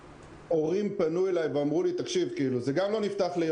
הורים שפנו אלי, אמרו לי: "אם אני